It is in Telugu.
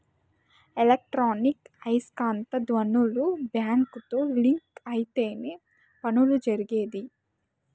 ఎలక్ట్రానిక్ ఐస్కాంత ధ్వనులు బ్యాంకుతో లింక్ అయితేనే పనులు జరిగేది